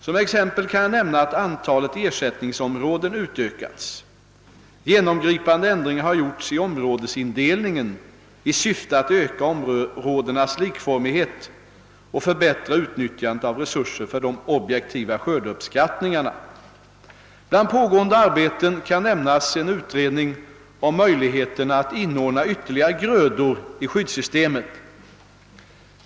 Som ett exempel kan jag peka på att antalet ersättningsområden utökats. Genomgripande ändringar har gjorts i områdesindelningen i syfte att öka områdenas likformighet och förbättra utnyttjandet av resurser för de objektiva skördeuppskattningarna. Bland pågående arbeten kan nämnas en utredning av möjligheterna att inordna ytterligare grödor i skyddssystemet.